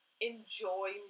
enjoy